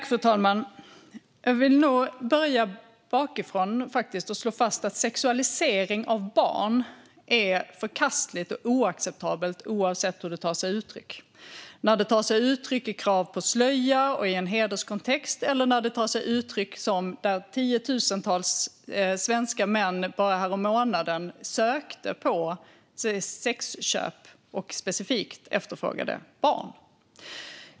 Fru talman! Jag vill börja bakifrån och slå fast att sexualisering av barn är något som är förkastligt och oacceptabelt oavsett hur det tar sig uttryck. Det kan ta sig uttryck i krav på slöja och i en hederskontext eller - vilket var fallet bara härommånaden - i att tiotusentals svenska män söker på sexköp och specifikt efterfrågar barn.